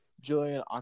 Julian